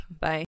bye